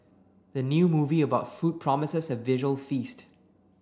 the new movie about food promises a visual feast